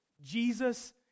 Jesus